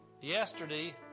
Yesterday